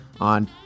on